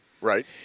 Right